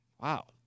Wow